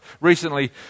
recently